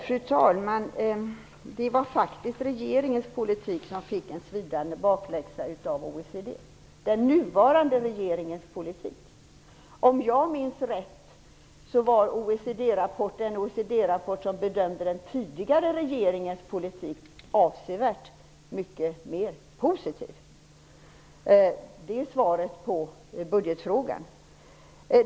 Fru talman! Det var faktiskt regeringens politik som fick en svidande bakläxa av OECD. Det var den nuvarande regeringens politik. Om jag minns rätt var den OECD-rapport som bedömde den tidigare regeringens politik avsevärt mycket positivare. Det är svaret på budgetfrågan. Fru talman!